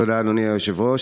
תודה, אדוני היושב-ראש.